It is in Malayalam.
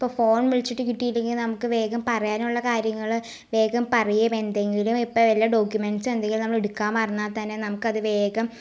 ഇപ്പം ഫോൺ വിളിച്ചിട്ട് കിട്ടിയില്ലെങ്കിൽ നമുക്ക് വേഗം പറയാനുള്ളത് കാര്യങ്ങൾ വേഗം പറയുക എന്തെങ്കിലും ഇപ്പം വല്ല ഡോക്യുമെൻ്റ് സും എന്തെങ്കിലും നമ്മൾ എടുക്കാൻ മറന്നാൽ തന്നെ നമുക്ക് അത് വേഗം